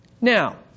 Now